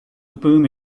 boom